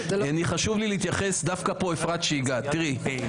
יש לך את אפרת שאומרת --- שזה לא יקום ולא יהיה.